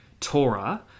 Torah